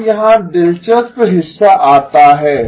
अब यहां दिलचस्प हिस्सा आता है